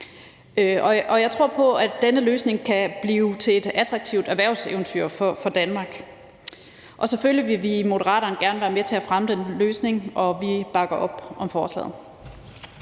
Jeg tror på, at denne løsning kan blive til et attraktivt erhvervseventyr for Danmark. Selvfølgelig vil vi i Moderaterne gerne være med til at fremme den løsning, og vi bakker op om forslaget.